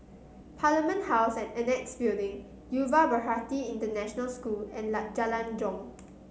Parliament House and Annexe Building Yuva Bharati International School and Jalan Jong